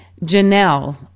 Janelle